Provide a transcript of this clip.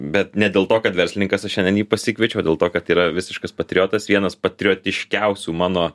bet ne dėl to kad verslininkas aš šiandien jį pasikviečiau dėl to kad yra visiškas patriotas vienas patriotiškiausių mano